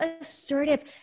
assertive